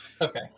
Okay